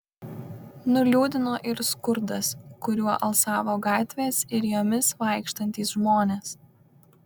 nuliūdino ir skurdas kuriuo alsavo gatvės ir jomis vaikštantys žmonės